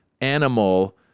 animal